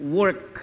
work